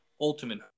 ultimate